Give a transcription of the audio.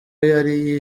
ari